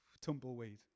Tumbleweed